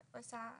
אני עושה,